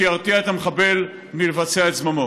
שירתיע את המחבל מלבצע את זממו.